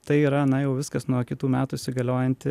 tai yra na jau viskas nuo kitų metų įsigaliojanti